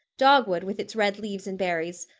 dogwood with its red leaves and berries,